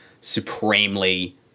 supremely